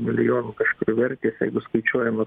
milijonų kažkur vertės jeigu skaičiuojam nuo